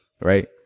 right